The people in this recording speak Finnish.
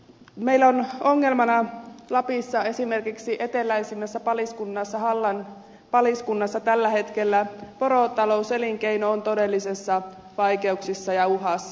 meillä lapissa esimerkiksi eteläisimmässä paliskunnassa hallan paliskunnassa tällä hetkellä porotalouselinkeino on todellisissa vaikeuksissa ja uhassa